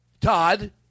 Todd